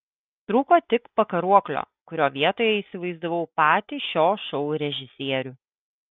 trūko tik pakaruoklio kurio vietoje įsivaizdavau patį šio šou režisierių